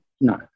No